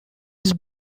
his